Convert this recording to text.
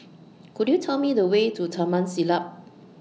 Could YOU Tell Me The Way to Taman Siglap